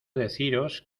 deciros